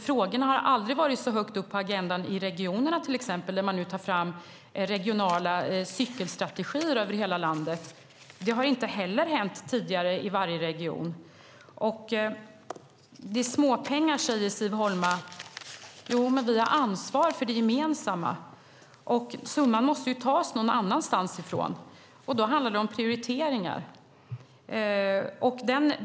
Frågorna har aldrig varit så högt upp på agendan till exempel i regionerna, där man nu tar fram regionala cykelstrategier över hela landet. Det har inte heller hänt tidigare i varje region. Det är småpengar, säger Siv Holma. Jo, men vi har ansvar för det gemensamma, och summan måste tas någon annanstans. Då handlar det om prioriteringar.